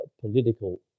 political